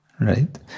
Right